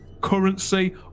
currency